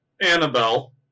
Annabelle